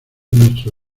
nuestro